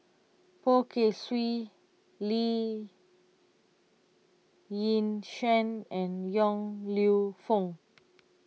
Poh Kay Swee Lee Yi Shyan and Yong Lew Foong